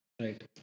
Right